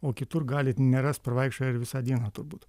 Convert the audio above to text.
o kitur galit nerast pavaikščioję ir visą dieną turbūt